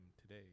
today